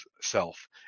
self